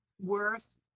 worth